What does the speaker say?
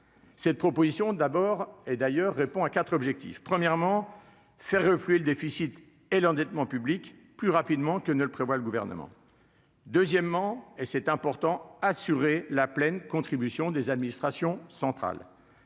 cette proposition d'abord et d'ailleurs, répond à 4 objectifs : premièrement, faire refluer le déficit et l'endettement public plus rapidement que ne le prévoit le gouvernement, deuxièmement, et c'est important, assurer la pleine contribution des administrations centrales,